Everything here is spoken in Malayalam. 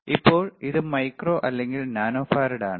ഇപ്പോൾ ഇത് മൈക്രോ അല്ലെങ്കിൽ നാനോ ഫറാഡ് ആണ്